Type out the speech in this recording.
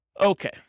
Okay